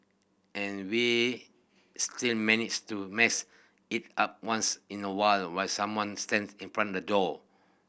and we still manage to mess it up once in a while when someone stands in front the door